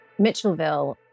Mitchellville